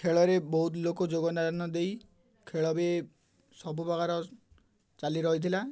ଖେଳରେ ବହୁତ ଲୋକ ଯୋଗନଦେଇ ଦେଇ ଖେଳ ବି ସବୁ ପ୍ରକାର ଚାଲି ରହିଥିଲା